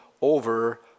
over